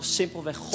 simpelweg